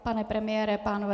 Pane premiére, pánové?